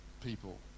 people